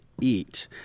eat